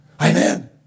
Amen